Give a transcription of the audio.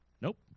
Nope